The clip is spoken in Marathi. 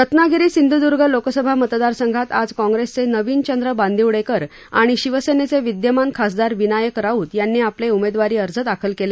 रत्नागिरी सिंध्दर्ग लोकसभा मतदारसंघात आज काँग्रेसचे नवीनचंद्र बांदिवडेकर आणि शिवसेनेचे विद्यमान खासदार विनायक राऊत यांनी आपले उमेदवारी अर्ज दाखल केले